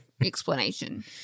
explanation